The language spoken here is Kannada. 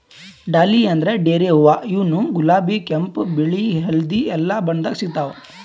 ಡಾಲಿಯಾ ಅಂದ್ರ ಡೇರೆ ಹೂವಾ ಇವ್ನು ಗುಲಾಬಿ ಕೆಂಪ್ ಬಿಳಿ ಹಳ್ದಿ ಎಲ್ಲಾ ಬಣ್ಣದಾಗ್ ಸಿಗ್ತಾವ್